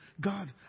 God